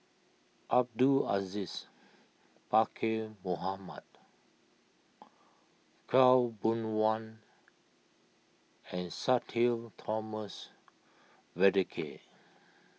Abdul Aziz Pakkeer Mohamed Khaw Boon Wan and Sudhir Thomas Vadaketh